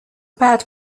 bad